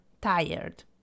tired